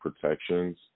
protections